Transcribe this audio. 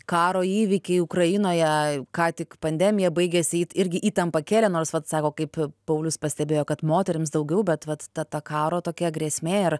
karo įvykiai ukrainoje ką tik pandemija baigėsi irgi įtampą kėlė nors vat sako kaip paulius pastebėjo kad moterims daugiau bet vat ta ta karo tokia grėsmė ir